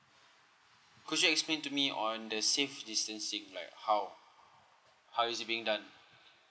could you explain to me on the safe distancing like how how is it being done